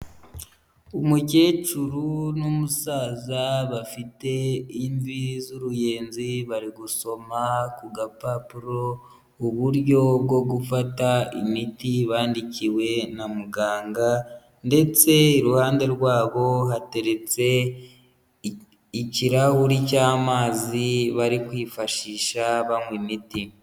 Umukecuru n'umusaza bafite imvi z'uruyenzi bari gusoma ku gapapuro uburyo bwo gufata imiti bandikiwe na muganga ndetse iruhande rwabo hateretse ikirahuri cy'amazi bari kwifashisha banywa imiti.